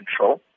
control